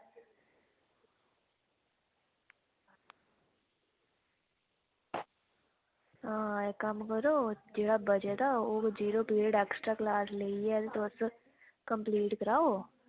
इक्क कम्म करो जेह्ड़ा बचे दा ते जीरो पीरियड एक्स्ट्रा क्लॉस लेइयै कंप्लीट कराओ